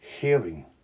hearing